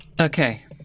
okay